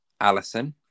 Allison